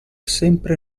sempre